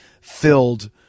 filled